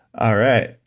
ah right,